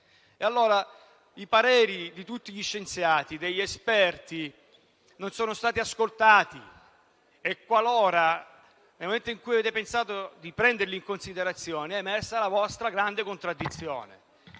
I pareri di tutti gli scienziati e degli esperti non sono stati ascoltati e, nel momento in cui avete pensato di prenderli in considerazione, è emersa la vostra grande contraddizione: